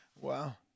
Wow